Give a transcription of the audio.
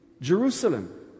Jerusalem